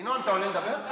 ינון, אתה עולה לדבר?